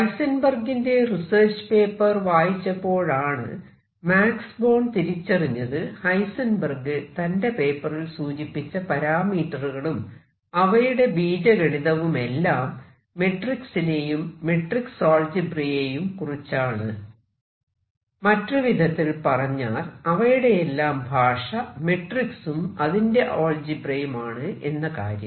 ഹൈസെൻബെർഗിന്റെ research paper വായിച്ചപ്പോഴാണ് Max Born തിരിച്ചറിഞ്ഞത് Heisenberg തന്റെ പേപ്പറിൽ സൂചിപ്പിച്ച പരാമീറ്ററുകളും അവയുടെ ബീജഗണിതവുമെല്ലാം മെട്രിക്സിനെയും മെട്രിക്സ് ആൾജിബ്ര യെയും കുറിച്ചാണ് മറ്റൊരുവിധത്തിൽ പറഞ്ഞാൽ അവയുടെയെല്ലാം ഭാഷ മെട്രിക്സും അതിന്റെ ആൾജിബ്രയുമാണ് എന്ന കാര്യം